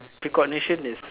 precognition is